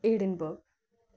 edinburgh